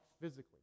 physically